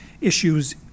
issues